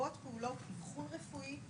לרבות פעולות אבחון רפואי,